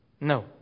No